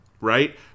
right